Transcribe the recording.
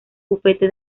bufete